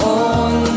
on